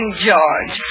George